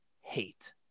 hate